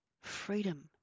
freedom